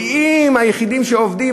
והיחידים שעובדים,